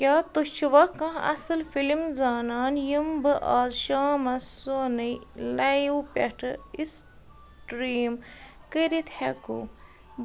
کیٛاہ تُہۍ چھُوا کانٛہہ اَصٕل فلِم زانان یِم بہٕ آز شامَس سونٕے لایِو پؠٹھ اِسٹرٛیٖم کٔرِتھ ہٮ۪کو